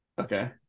Okay